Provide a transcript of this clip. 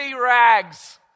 rags